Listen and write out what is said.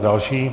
Další.